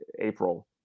April